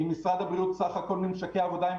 עם משרד הבריאות בסך הכול ממשקי עבודה הם